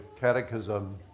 Catechism